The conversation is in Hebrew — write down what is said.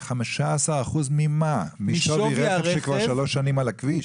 15% ממה, משווי רכב שכבר שלוש שנים על הכביש?